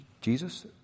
Jesus